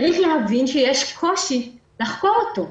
צריך להבין, יש קושי לחקור אותו.